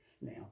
now